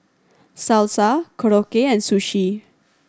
Salsa Korokke and Sushi